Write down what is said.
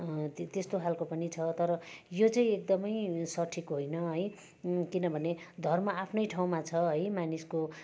त्यो त्यस्तो खालको पनि छ तर यो चाहिँ एकदमै सठिक होइन है किनभने धर्म आफ्नै ठाउँमा छ है मानिसको